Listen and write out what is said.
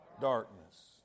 darkness